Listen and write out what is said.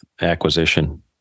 acquisition